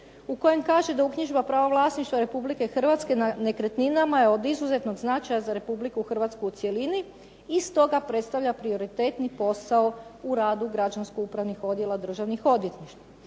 u kojem kaže da "Uknjižba prava vlasništva Republike Hrvatske na nekretninama je od izuzetnog značaja za Republiku Hrvatsku u cjelini i stoga predstavlja prioritetni posao u radu građansko upravni odjela državnih odvjetništava."